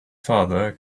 father